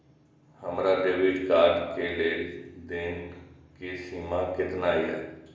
हमार debit card के लेन देन के सीमा केतना ये?